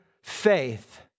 faith